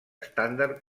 estàndard